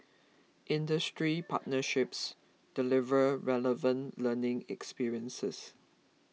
industry partnerships deliver relevant learning experiences